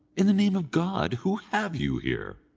in the name of god, who have you here?